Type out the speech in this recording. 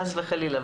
חס וחלילה,